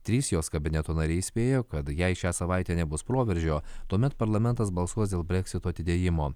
trys jos kabineto nariai įspėjo kad jei šią savaitę nebus proveržio tuomet parlamentas balsuos dėl breksito atidėjimo